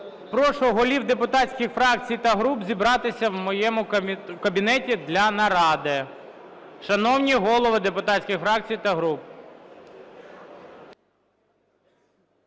Прошу голів депутатських фракцій та груп зібратися в моєму кабінеті для наради. Шановні голови депутатських фракцій та груп!